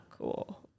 cool